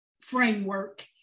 framework